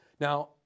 Now